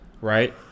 right